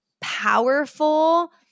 powerful